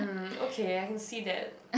mm okay I can see that